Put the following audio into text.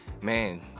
man